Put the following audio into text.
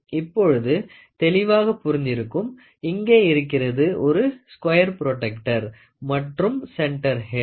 இப்பொழுது தெளிவாக புரிந்திருக்கும் இங்கே இருக்கிறது ஒரு ஸ்குயர் புரோடெக்டர் மற்றும் சென்டர் ஹெட்